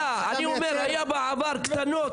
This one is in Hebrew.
אני אומרת שהיה בעבר קטנות.